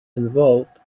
involved